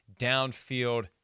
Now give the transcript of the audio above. downfield